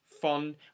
fun